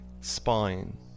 spine